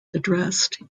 addressed